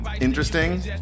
interesting